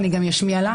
ואני גם אשמיע לה.